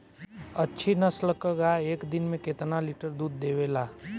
अच्छी नस्ल क गाय एक दिन में केतना लीटर दूध देवे ला?